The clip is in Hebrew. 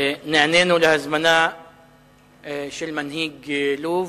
אדוני, נענינו להזמנה של מנהיג לוב.